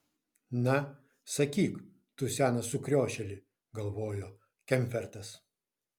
na sakyk tu senas sukriošėli galvojo kemfertas